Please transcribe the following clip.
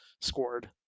scored